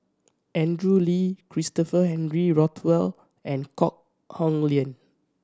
Andrew Lee Christopher Henry Rothwell and Kok Heng Leun